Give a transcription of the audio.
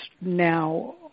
now